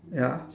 ya